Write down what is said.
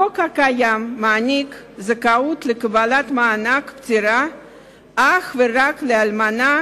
החוק הקיים מעניק זכאות לקבלת מענק פטירה אך ורק לאלמנה